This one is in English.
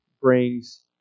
brings